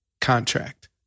contract